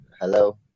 hello